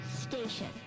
station